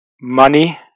money